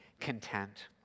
content